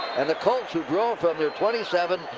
and the colts, who drove from their twenty seven,